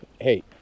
Hey